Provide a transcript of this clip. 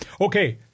Okay